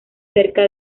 cerca